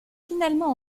finalement